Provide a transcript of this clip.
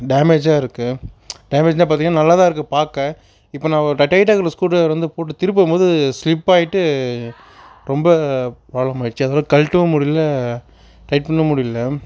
டேமேஜாக இருக்குது டேமேஜ்னால் பார்த்திங்கனா நல்லாதான் இருக்குது பார்க்க இப்போ நான் ஒரு டைட்டாக ஸ்க்ரூ ட்ரைவர் வந்து போட்டு திருப்பும்போது ஸ்லிப் ஆகிட்டு ரொம்ப ப்ராப்ளம் ஆச்சு அதனால கழட்டவும் முடியல டைட் பண்ணவும் முடியல